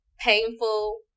painful